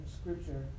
Scripture